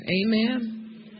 Amen